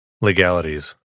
Legalities